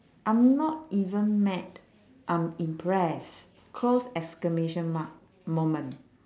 I'm not even mad I'm impressed close exclamation mark moment